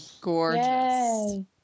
gorgeous